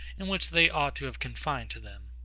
and which they ought to have confined to them.